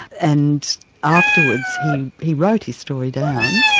and afterwards he he wrote his story down.